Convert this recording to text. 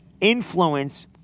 influence